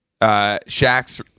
Shaq's